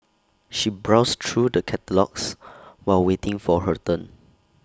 she browsed through the catalogues while waiting for her turn